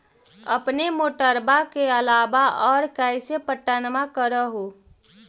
अपने मोटरबा के अलाबा और कैसे पट्टनमा कर हू?